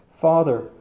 Father